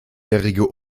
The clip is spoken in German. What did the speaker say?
jährige